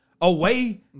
away